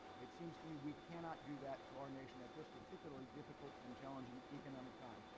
it seems to me we cannot do that to our nation at this particularly difficult and challenging economic time.